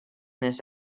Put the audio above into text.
this